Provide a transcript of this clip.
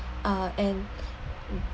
uh and